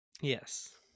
Yes